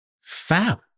Fab